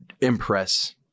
impress